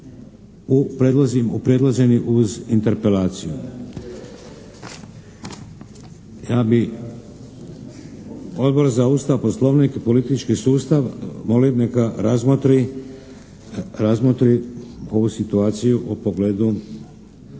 predloženi uz Interpelaciju. Odbor za Ustav, Poslovnik i politički sustav, molim neka razmotri ovu situaciju u pogledu